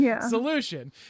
solution